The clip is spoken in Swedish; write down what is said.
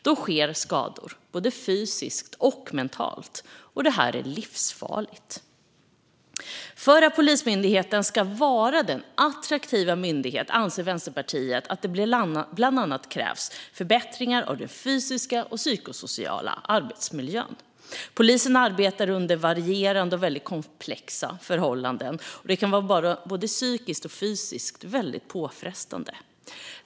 Det leder till skador, både fysiskt och mentalt. Det här är livsfarligt. För att Polismyndigheten ska vara en attraktiv myndighet anser Vänsterpartiet att det bland annat krävs förbättringar av den fysiska och psykosociala arbetsmiljön. Polisen arbetar under varierande och komplexa förhållanden. Det kan vara både psykiskt och fysiskt väldigt påfrestande.